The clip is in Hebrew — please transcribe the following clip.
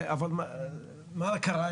אבל מה קרה?